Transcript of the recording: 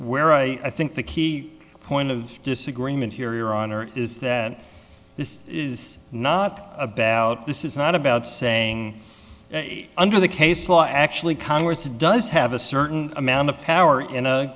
where i think the key point of disagreement here your honor is that this is not about this is not about saying under the case law actually congress does have a certain amount of power in a